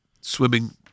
swimming